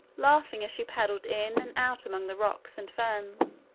laughing as she paddled in and out among the rocks and ferns,